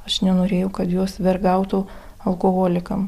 aš nenorėjau kad jos vergautų alkoholikam